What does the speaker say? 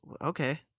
okay